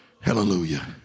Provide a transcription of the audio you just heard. Hallelujah